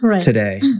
today